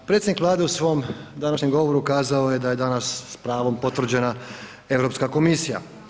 Predsjednik Vlade u svom današnjem govoru kazao je da je danas s pravom potvrđena Europska komisija.